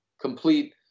Complete